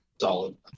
solid